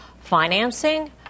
Financing